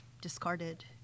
discarded